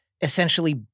essentially